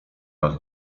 raz